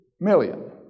million